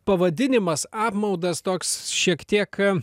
pavadinimas apmaudas toks šiek tiek